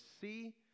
see